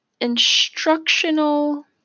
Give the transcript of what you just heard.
instructional